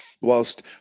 whilst